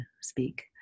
speak